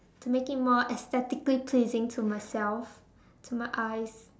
to make it more aesthetically pleasing to myself to my eyes